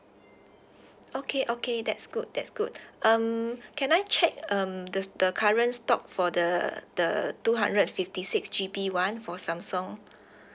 okay okay that's good that's good um can I check um those the current stock for the the two hundred and fifty six G_B one for samsung